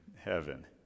heaven